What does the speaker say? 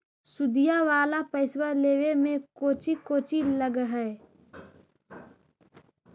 सुदिया वाला पैसबा लेबे में कोची कोची लगहय?